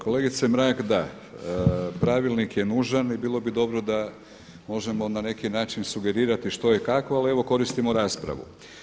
Kolegice Mrak da, pravilnik je nužan i bilo bi dobro da možemo na neki način sugerirati što i kako, ali evo koristimo raspravu.